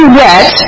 wet